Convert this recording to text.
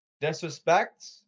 disrespect